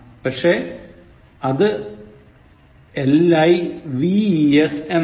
പക്ഷേ അത് lives എന്നാണ്